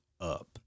up